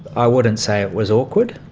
i wouldn't say it was awkward.